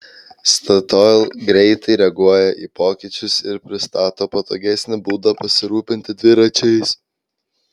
statoil greitai reaguoja į pokyčius ir pristato patogesnį būdą pasirūpinti dviračiais